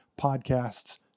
podcasts